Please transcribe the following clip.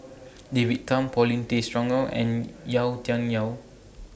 David Tham Paulin Tay Straughan and Yau Tian Yau